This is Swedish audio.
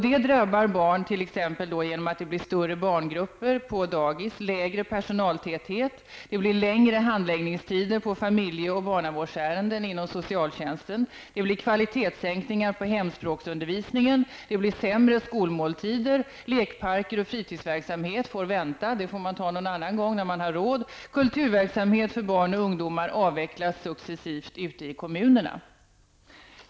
Det drabbar barn t.ex. genom att det blir större barngrupper på dagis och lägre personaltäthet, det blir längre handläggningstider för familje och barnavårdsärenden inom socialtjänsten, det blir kvalitetssänkningar när det gäller hemspråksundervisningen, det blir sämre skolmåltider, lekparker och fritidsverksamhet får vänta -- det får man ta någon annan gång, när man har råd -- och kulturverksamhet för barn och ungdomar avvecklas successivt ute i kommunerna.